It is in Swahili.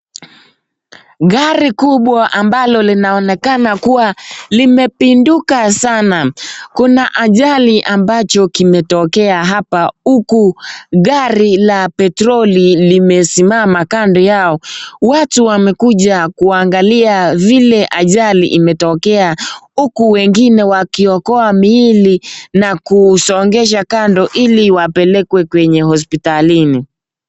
Gari kubwa ambalo linaonekana kuwa limepinduka sana. Kuna ajali ambacho kimetokea hapa, huku gari la petroli limesimama kando yao. Watu wamekuja kuangalia vile ajali imetokea huku wengine wakiokoa miili na kusongesha kando ili wapelekwe kwenye hospitalini.